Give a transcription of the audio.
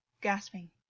gasping